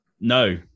No